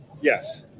Yes